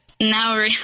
now